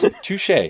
Touche